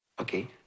Okay